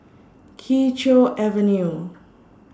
Kee Choe Avenue